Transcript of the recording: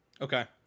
okay